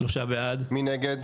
מי נגד?